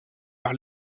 par